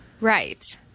Right